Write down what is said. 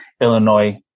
Illinois